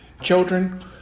children